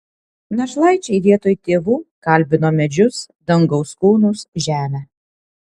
našlaičiai vietoj tėvų kalbino medžius dangaus kūnus žemę